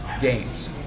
games